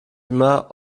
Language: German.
immer